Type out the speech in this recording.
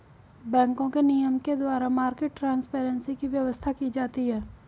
बैंकों के नियम के द्वारा मार्केट ट्रांसपेरेंसी की व्यवस्था की जाती है